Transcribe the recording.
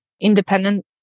independent